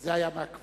זה היה מהכבלים.